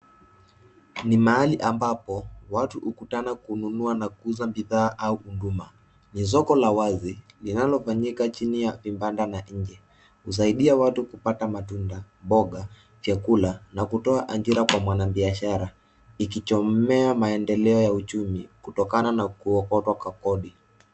Ni mahali ambapo watu hukutana kununua na kuuza bidhaa au huduma. Ni soko la wazi linalofanyika chini ya vibanda na nje. Husaidia watu kupata matunda, mboga, vyakula, na kutoa ajira kwa mwanabiashara ikichomea maendeleo ya uchumi, kutokana na kuokotwa kwa kodi.